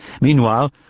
Meanwhile